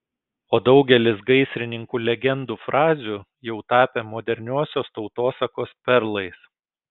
o daugelis gaisrininkų legendų frazių jau tapę moderniosios tautosakos perlais